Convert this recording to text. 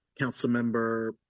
Councilmember